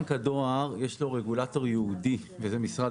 לבנק הדואר יש רגולטור ייעודי וזה משרד